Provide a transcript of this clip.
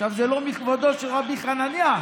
זה לא מכבודו של רבי חנניה,